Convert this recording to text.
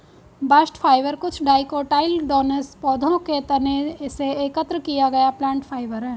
bast fibre कुछ dicotyledonous पौधों के तने से एकत्र किया गया प्लांट फाइबर है